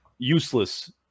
useless